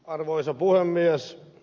arvoisa puhemies